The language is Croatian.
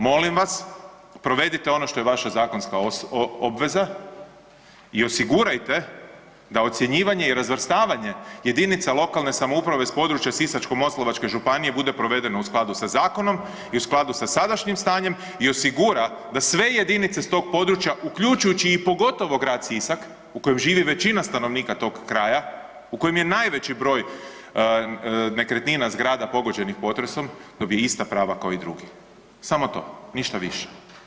Molim vas provedite ono što je vaša zakonska obveza i osigurajte da ocjenjivanje i razvrstavanje JLS-ova s područja Sisačko-moslavačke županije bude provedeno u skladu sa zakonom i u skladu sa sadašnjim stanjem i osigura da sve jedinice s tog područja uključujući i pogotovo grad Sisak u kojem živi većina stanovnika tog kraja u kojem je najveći broj nekretnina, zgrada pogođenih potresom dobije ista prava kao i drugi, samo to, ništa više.